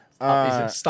Stop